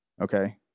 okay